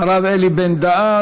הרב אלי בן-דהן,